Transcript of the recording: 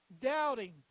doubting